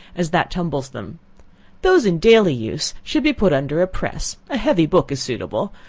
as that tumbles them those in daily use should be put under a press a heavy book is suitable,